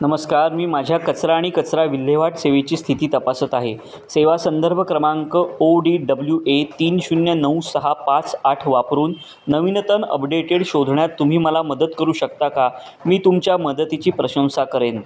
नमस्कार मी माझ्या कचरा आणि कचरा विल्हेवाट सेवेची स्थिती तपासत आहे सेवा संदर्भ क्रमांक ओ डी डब्ल्यू ए तीन शून्य नऊ सहा पाच आठ वापरून नवीनतम अपडेटेड शोधण्यात तुम्ही मला मदत करू शकता का मी तुमच्या मदतीची प्रशंसा करेन